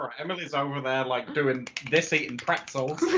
ah emily is over there like doing this eating pretzels.